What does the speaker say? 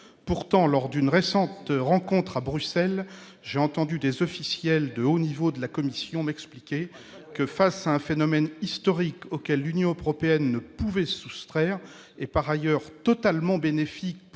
Pourtant, lors d'une récente rencontre à Bruxelles, j'ai entendu des officiels de haut niveau de la Commission m'expliquer que, face à un phénomène historique auquel l'Union européenne ne pouvait se soustraire et, par ailleurs, totalement bénéfique pour combler